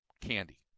candy